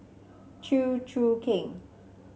Chew Choo Keng